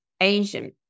Asian